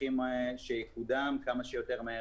שמחים על כך שיקודם ומבחינתנו כמה שיותר מהר